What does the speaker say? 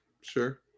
sure